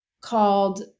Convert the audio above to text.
called